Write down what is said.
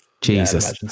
Jesus